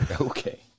Okay